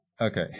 okay